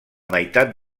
meitat